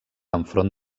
enfront